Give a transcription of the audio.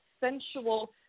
sensual